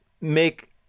make